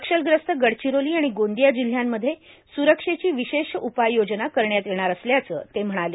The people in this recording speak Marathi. नक्षलग्रस्त गडचिरोली आणि गोंदिया जिल्ह्यांमध्ये स्रक्षेची विशेष उपाययोजना करण्यात येणार असल्याचं ते म्हणाले